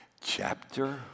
Chapter